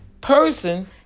person